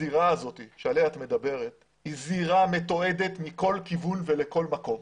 הזירה הזאת עליה את מדברת היא זירה מתועדת מכל כיוון ולכל מקום.